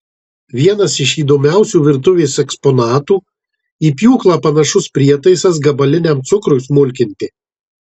vienas iš įdomiausių virtuvės eksponatų į pjūklą panašus prietaisas gabaliniam cukrui smulkinti